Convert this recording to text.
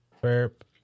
burp